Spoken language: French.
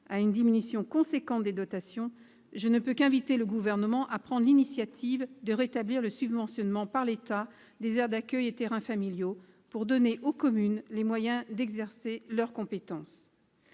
à une diminution importante des dotations, je ne peux qu'inviter le Gouvernement à prendre l'initiative de rétablir le subventionnement par l'État des aires d'accueil et des terrains familiaux, pour donner aux communes les moyens d'exercer leur compétence.